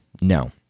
No